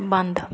ਬੰਦ